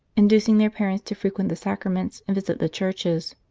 inducing their parents to frequent the sacraments and visit the churches.